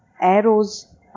arrows